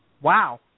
Wow